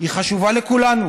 היא חשובה לכולנו.